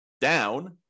down